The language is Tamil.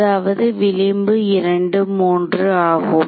அதாவது விளிம்பு 2 3 ஆகும்